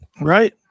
Right